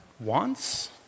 wants